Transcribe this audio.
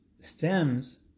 stems